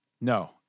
No